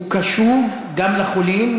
הוא קשוב גם לחולים,